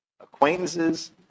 acquaintances